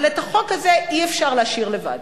אבל את החוק הזה אי-אפשר להשאיר לבד.